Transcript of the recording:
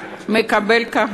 תודה.